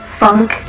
funk